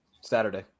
Saturday